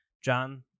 John